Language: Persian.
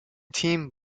تیم